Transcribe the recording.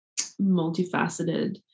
multifaceted